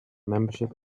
membership